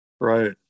Right